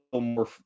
more